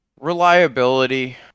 reliability